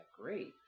great